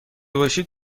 باشید